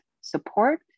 support